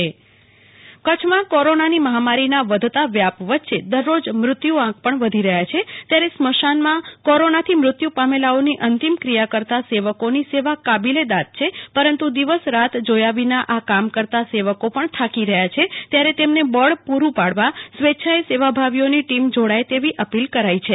કલ્પના શાહ અંતીમક્રિયા માટે સેવા કચ્છમાં કોરોનાની મહામારીએ ભારે કહેર વર્તાવતાં દરરોજ મૃત્યુ આંક પણ વધી રહ્યા છે ત્યારે સ્મશાનમાં કોરોનાથી મૃત્યુ પામેલાઓની અંતિમક્રિયા કરતા સેવકોની સેવા કાબિલેદાદ છે પરંતુ દિવસ રાત જોથા વિના કામ કરતા સેવકો પણ થાકી રહ્યા છે ત્યારે તેમને બળ પૂરું પાડવા સ્વેચ્છાએ સેવાભાવીઓની ટીમ જોડાય તેવી અપીલ કરાઈ છે